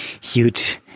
huge